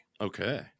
Okay